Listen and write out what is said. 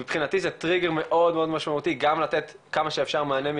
מבחינתי זה טריגר מאוד מאוד משמעותי גם לתת כמה שאפשר מענה מיידי,